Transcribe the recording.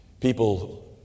people